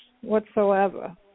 whatsoever